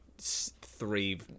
three